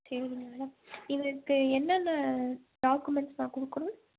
சரிங்க மேடம் இதுக்கு என்னென்ன டாக்குமெண்ட்ஸ் நான் கொடுக்கணும்